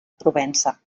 provença